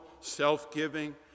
self-giving